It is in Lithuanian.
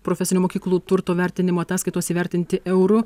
profesinių mokyklų turto vertinimo ataskaitos įvertinti euru